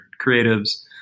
creatives